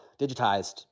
digitized